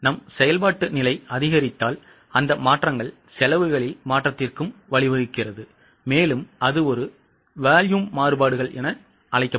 நம் செயல்பாட்டு நிலை அதிகரித்தால் அந்த மாற்றங்கள் செலவுகளில் மாற்றத்திற்கும் வழிவகுக்கிறது மேலும் அது ஒரு volume மாறுபாடுகள் என அழைக்கப்படும்